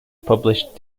published